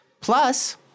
Plus